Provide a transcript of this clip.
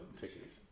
tickets